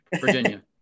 Virginia